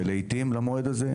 ולעיתים למועד הזה.